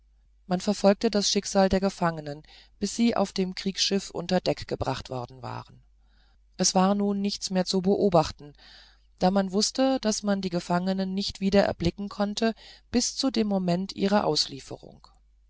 man verfolgte das schicksal der gefangenen bis sie auf dem kriegsschiff unter deck gebracht worden waren es war nun nichts mehr zu beobachten da man wußte daß man die gefangenen nicht wieder erblicken konnte bis zu dem moment ihrer auslieferung